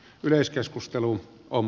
yleiskeskustelu on